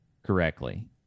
Correctly